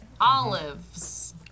Olives